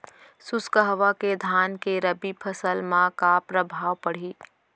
शुष्क हवा के धान के रबि फसल मा का प्रभाव पड़ही?